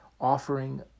offering